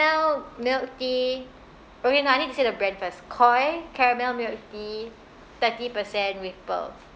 milk tea okay no I need to say the brand first Koi caramel milk tea thirty percent with pearl